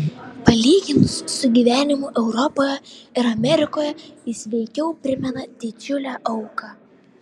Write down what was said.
palyginus su gyvenimu europoje ir amerikoje jis veikiau primena didžiulę auką